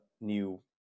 new